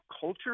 culture